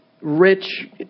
rich